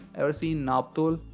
ever seen naaptol?